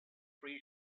free